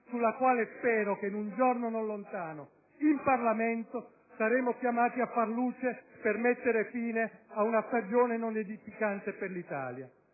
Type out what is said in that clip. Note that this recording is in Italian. sulla quale spero che in un giorno non lontano, in Parlamento, saremo chiamati a fare luce per mettere fine ad una stagione non edificante per l'Italia.